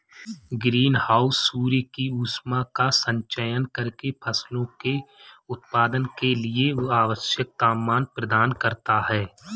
green house सूर्य की ऊष्मा का संचयन करके फसलों के उत्पादन के लिए आवश्यक तापमान प्रदान करता है